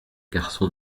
garçon